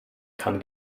kann